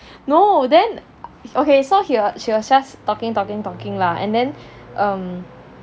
no then okay so she was just talking talking talking lah and then err